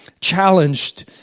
challenged